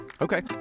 Okay